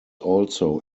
also